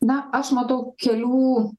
na aš matau kelių